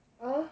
!huh!